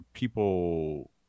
people